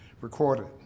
recorded